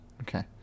okay